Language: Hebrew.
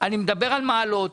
אני מדבר על מעלות,